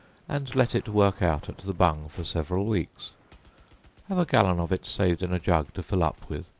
and let it work out at the bung for several weeks have a gallon of it saved in a jug to fill up with,